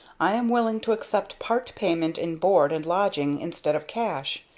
i am willing to accept part payment in board and lodging instead of cash.